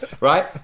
Right